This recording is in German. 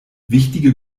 wichtige